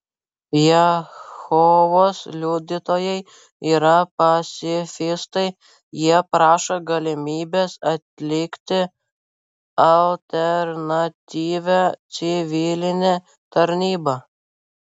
jehovos liudytojai yra pacifistai jie prašo galimybės atlikti alternatyvią civilinę tarnybą